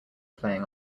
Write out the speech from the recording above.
playing